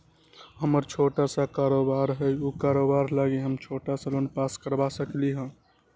हमर छोटा सा कारोबार है उ कारोबार लागी हम छोटा लोन पास करवा सकली ह?